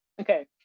okay